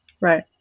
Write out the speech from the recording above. Right